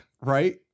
right